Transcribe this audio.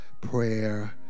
prayer